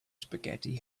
spaghetti